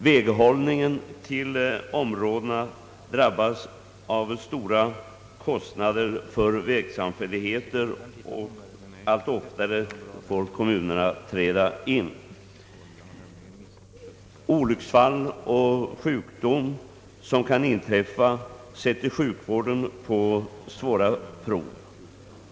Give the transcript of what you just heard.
Väghållningen till fritidsområdena medför stora kostnader för vägsamfälligheterna och allt oftare får kommunerna träda in. Olycksfall och sjukdom kan inträffa, vilket sätter sjukvårdsorganisationen på svåra prov.